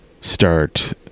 start